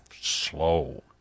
slow